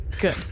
Good